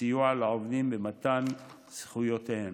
סיוע לעובדים במתן זכויותיהם.